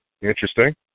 Interesting